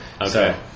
Okay